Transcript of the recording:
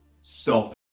self